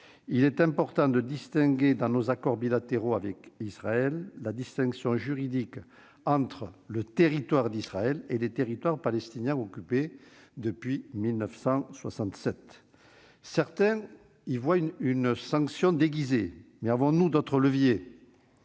il est important de distinguer dans nos accords bilatéraux avec Israël la distinction juridique entre le territoire d'Israël et les Territoires palestiniens occupés depuis 1967. Certains y voient une sanction déguisée, mais avons-nous d'autres leviers ?